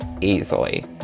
easily